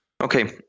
Okay